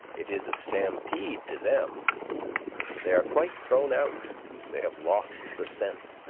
it is a stampede to them they are quite thrown out they have lost the scent.